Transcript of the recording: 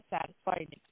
satisfying